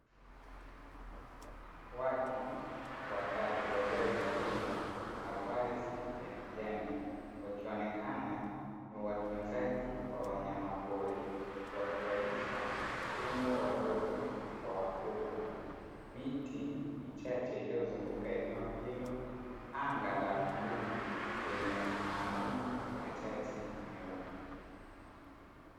Watu watatu waliovalia mavazi ya kijani wakionekana ni watunzaji wa wanyama pori, wakiwalisha tembo wadogo kwa wakubwa miti michache iliyozunguka eneo hilo, anga la bluu lenye mawingu machache meupe.